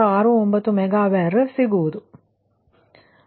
69 mega ವರ್ ಸಿಗುವುದು ಸರಿಯಲ್ಲವೇ